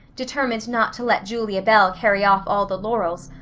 determined not to let julia bell carry off all the laurels,